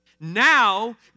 Now